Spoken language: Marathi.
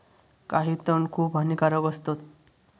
काही तण खूप हानिकारक असतत